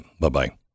Bye-bye